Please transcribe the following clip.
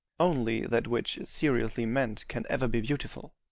only that which is seriously meant can ever be beautiful.